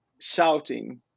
shouting